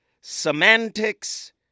semantics